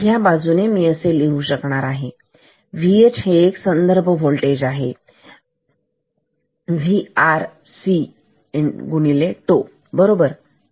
आणि ह्या बाजूने मी लिहू शकणार की Vh हे एक संदर्भ होल्टेज आहे Vr C बरोबर